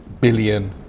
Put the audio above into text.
billion